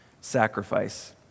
sacrifice